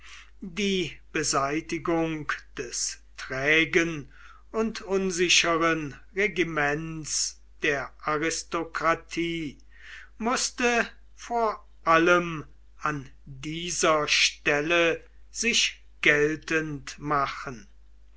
die beseitigung des trägen und unsicheren regiments der aristokratie mußte vor allem an dieser stelle sich geltend machen